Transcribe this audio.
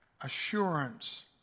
assurance